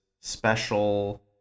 special